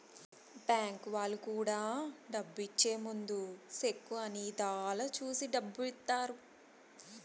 bank వాళ్ళు కూడా డబ్బు ఇచ్చే ముందు సెక్కు అన్ని ఇధాల చూసి డబ్బు ఇత్తారు